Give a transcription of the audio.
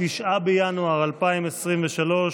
9 בינואר 2023,